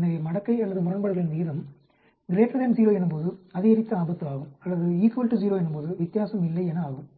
எனவே மடக்கை அல்லது முரண்பாடுகளின் விகிதம் 0எனும்போது அதிகரித்த ஆபத்து ஆகும் அல்லது 0 எனும்போது வித்தியாசம் இல்லை என ஆகும்